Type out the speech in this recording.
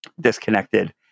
disconnected